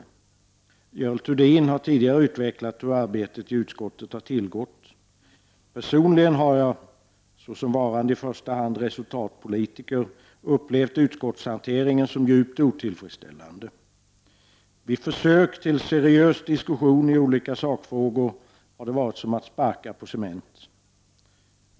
Görel Thurdin har tidigare utvecklat hur arbetet i utskottet tillgått. Personligen har jag — såsom varande i första hand resultatpolitiker — upplevt utskottshanteringen som djupt otillfredsställande. Vid försök till seriös diskussion i olika sakfrågor har det varit som att sparka på cement.